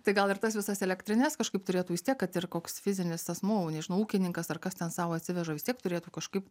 tai gal ir tas visas elektrines kažkaip turėtų vistiek kad ir koks fizinis asmuo nežinau ūkininkas ar kas ten sau atsiveža vis tiek turėtų kažkaip